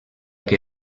que